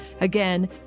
Again